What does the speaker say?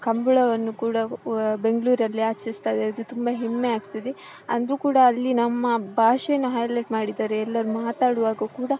ಕಂಬಳವನ್ನು ಕೂಡ ಬೆಂಗಳೂರಲ್ಲಿ ಆಚರಿಸ್ತಾ ಇದೆ ಅದು ತುಂಬಾ ಹೆಮ್ಮೆ ಆಗ್ತದೆ ಅಂದರು ಕೂಡ ಅಲ್ಲಿ ನಮ್ಮ ಭಾಷೆನ ಹೈಲೈಟ್ ಮಾಡಿದ್ದಾರೆ ಎಲ್ಲಾರು ಮಾತಾಡುವಾಗ ಕೂಡ